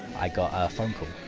i got a phone call.